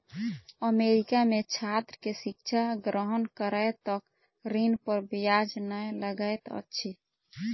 America में छात्र के शिक्षा ग्रहण करै तक ऋण पर ब्याज नै लगैत अछि